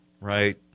Right